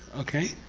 okay?